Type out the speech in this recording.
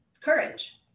courage